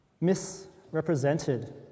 Misrepresented